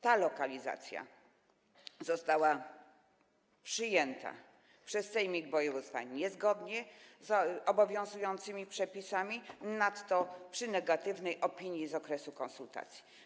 Ta lokalizacja została przyjęta przez sejmik województwa niezgodnie z obowiązującymi przepisami, nadto przy negatywnej opinii z okresu konsultacji.